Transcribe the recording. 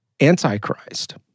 Antichrist